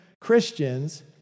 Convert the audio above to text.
Christians